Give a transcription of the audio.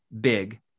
big